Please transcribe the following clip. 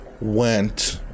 went